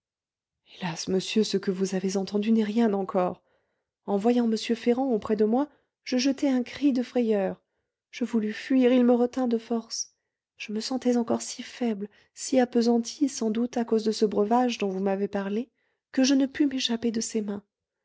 hélas monsieur ce que vous avez entendu n'est rien encore en voyant m ferrand auprès de moi je jetai un cri de frayeur je voulus fuir il me retint de force je me sentais encore si faible si appesantie sans doute à cause de ce breuvage dont vous m'avez parlé que je ne pus m'échapper de ses mains